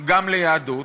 גם ליהדות,